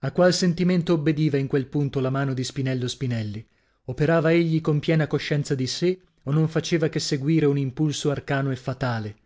a qual sentimento obbediva in quel punto la mano di spinello spinelli operava egli con piena coscienza di sè o non faceva che seguire un impulso arcano e fatale